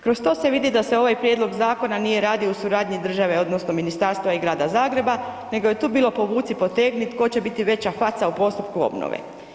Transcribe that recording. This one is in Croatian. Kroz to se vidi da se ovaj prijedlog zakona nije radio u suradnji države odnosno ministarstva i Grada Zagreba, nego je tu bilo povuci, potegni, tko će biti veća faca u postupku obnove.